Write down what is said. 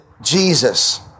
Jesus